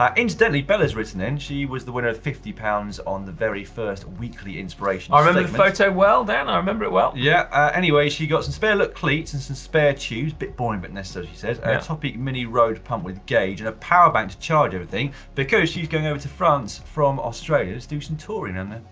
um incidentally, bella's written in. she was the winner of fifty pounds on the very first weekly inspiration segment. i remember the photo well, dan, i remember it well. yeah, anyway, she got some spare look cleats and some spare tubes, bit boring but necessary she says, a topic mini road pump with gauge and a power bank to charge everything because she's going over to france from australia to do some touring and that.